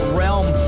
realm